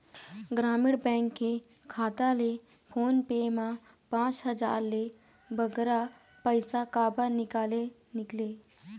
ग्रामीण बैंक के खाता ले फोन पे मा पांच हजार ले बगरा पैसा काबर निकाले निकले?